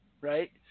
right